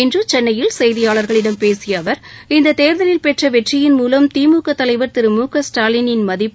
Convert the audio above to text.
இன்று சென்னையில் செய்தியாளர்களிடம் பேசிய அவர் இந்த தேர்தலில் பெற்ற வெற்றியின் மூலம் திமுக தலைவர் திரு மு க ஸ்டாலின் மதிப்பு